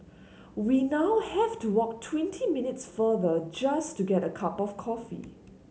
we now have to walk twenty minutes farther just to get a cup of coffee